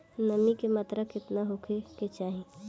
नमी के मात्रा केतना होखे के चाही?